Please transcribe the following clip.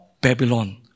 Babylon